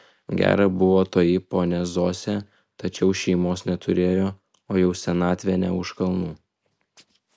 gera buvo toji ponia zosė tačiau šeimos neturėjo o jau senatvė ne už kalnų